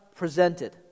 Presented